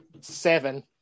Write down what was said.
seven